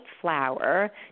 flour